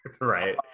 Right